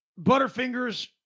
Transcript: Butterfingers